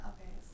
Okay